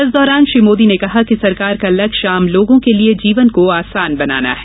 इस दौरान श्री मोदी ने कहा कि सरकार का लक्ष्य आम लोगों के लिए जीवन को आसान बनाना है